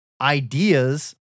ideas